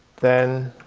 then